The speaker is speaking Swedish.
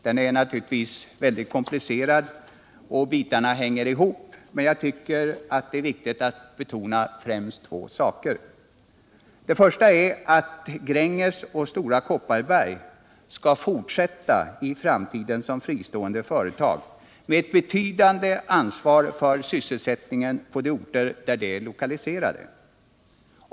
Den är naturligtvis mycket komplicerad och bitarna hänger ihop, men jag tycker att det är viktigt att betona främst två synpunkter. Den första synpunkten är att Gränges och Stora Kopparberg skall fortsätta som fristående företag med ett betydande ansvar för sysselsättningen på de orter där de är lokaliserade.